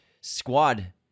squad